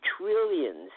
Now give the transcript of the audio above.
trillions